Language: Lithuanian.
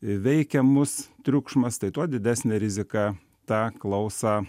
veikia mus triukšmas tai tuo didesnė rizika tą klausą